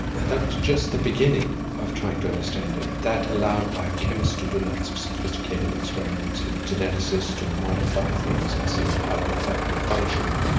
that that was just the beginning of trying to understand it, that allowed biochemists to do lots of sophisticated experiments and geneticists to modify things and see how it affected function.